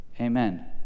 amen